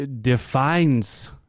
defines